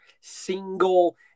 single